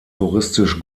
touristisch